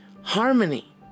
harmony